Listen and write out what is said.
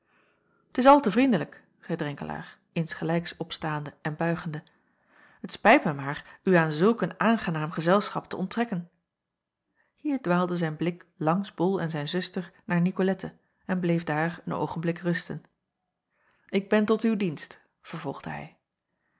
t is al te vriendelijk zeî drenkelaer insgelijks opstaande en buigende t spijt mij maar u aan zulk een aangenaam gezelschap te onttrekken hier dwaalde zijn blik langs bol en zijn zuster naar nicolette en bleef daar een oogenblik rusten ik ben tot uw dienst vervolgde hij